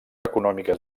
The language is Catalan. econòmiques